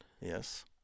Yes